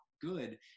good